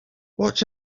watch